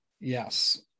Yes